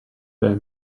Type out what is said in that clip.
their